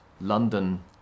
London